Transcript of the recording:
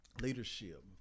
leadership